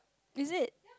is it